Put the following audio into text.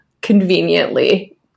conveniently